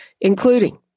including